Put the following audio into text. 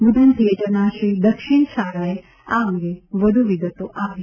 બુધન થિયેટરના શ્રી દક્ષિણ છારાએ આ અંગે વધુ વિગતો આપી